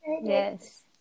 Yes